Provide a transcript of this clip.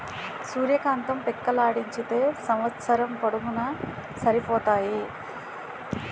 సూర్య కాంతం పిక్కలాడించితే సంవస్సరం పొడుగునూన సరిపోతాది